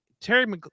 Terry